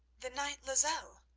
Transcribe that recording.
the knight lozelle!